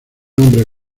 hombre